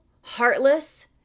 heartless